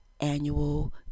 annual